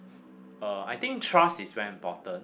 uh I think trust is very important